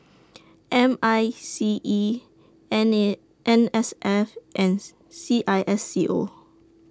M I C E N S F and C I S C O